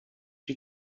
you